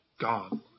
God